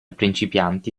principianti